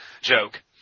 joke